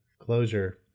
closure